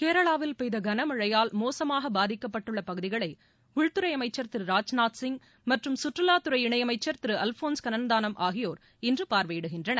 கேரளாவில் பெய்த கனமழையால் மோசமாக பாதிக்கப்பட்டுள்ள பகுதிகளை உள்துறை அமைச்சர் திரு ராஜ்நாத் சிங் மற்றும் சுற்றுலாத்துறை இணயைமைச்சர் திரு அல்போன்ஸ் கண்ணன்தானம் ஆகியோர் இன்று பார்வையிடுகின்றனர்